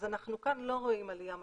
אז כאן אנחנו לא רואים עלייה משמעותית.